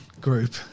group